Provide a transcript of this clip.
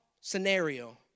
scenario